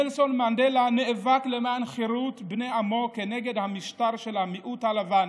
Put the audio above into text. נלסון מנדלה נאבק למען חירות בני עמו כנגד המשטר של המיעוט הלבן